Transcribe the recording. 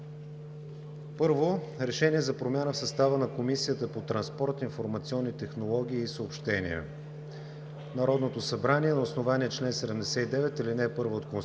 „Проект! РЕШЕНИЕ за промяна в състава на Комисията по транспорт, информационни технологии и съобщения Народното събрание на основание чл. 79, ал. 1 от Конституцията